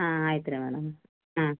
ಹಾಂ ಆಯ್ತು ರೀ ಮೇಡಮ್ ಹ್ಞೂ